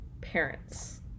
parents